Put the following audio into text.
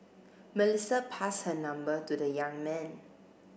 Melissa passed her number to the young man